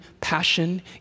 passion